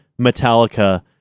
Metallica